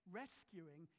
rescuing